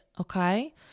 okay